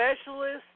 Specialists